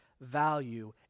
value